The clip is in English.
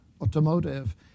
automotive